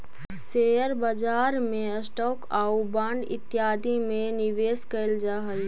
share बाजार में stock आउ बांड इत्यादि में निवेश कैल जा हई